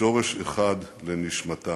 שורש אחד לנשמתם.